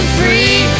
free